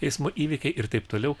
eismo įvykiai ir taip toliau